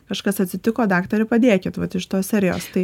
kažkas atsitiko daktare padėkit vat iš tos serijos tai